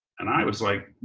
and i was like,